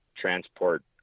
transport